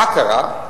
מה קרה?